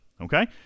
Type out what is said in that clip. okay